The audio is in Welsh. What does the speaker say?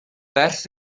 beth